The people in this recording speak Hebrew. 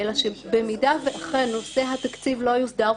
אלא שבמידה ואכן נושא התקציב לא יוסדר,